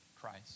Christ